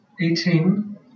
eighteen